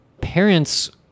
parents